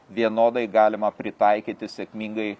vienodai galima pritaikyti sėkmingai